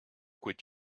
what